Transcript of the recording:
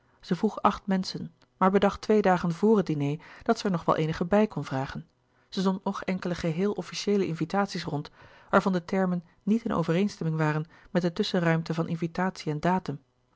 zij vroeg acht menschen maar bedacht twee dagen vor het diner dat zij er nog wel eenige bij kon vragen zij zond nog enkele geheel officieele invitaties rond waarvan de termen niet in overeenstemming waren met de tusschenruimte van invitatie en datum